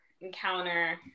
encounter